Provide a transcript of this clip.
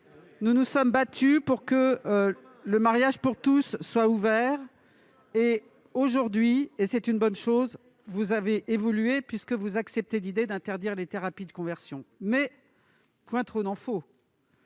nous nous sommes battus pour que le mariage soit ouvert à tous. Aujourd'hui, et c'est une bonne chose, vous avez évolué, puisque vous acceptez l'idée d'interdire les thérapies de conversion. Toutefois, point trop n'en faut